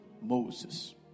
Moses